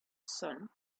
sun